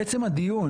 לעצם הדיון,